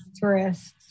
tourists